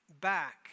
back